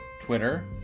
Twitter